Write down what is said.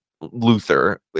Luther